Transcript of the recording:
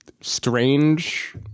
strange